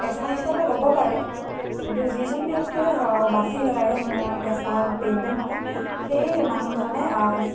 পেছা হিচাপে ল'ব পাৰে কিন্তু যিজন ব্যক্তিয়ে ধৰ বাছি লয় আৰু মোৰ পেছা পেইণ্টিং হয় সেই মানুহজনে